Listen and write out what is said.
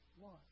one